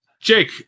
Jake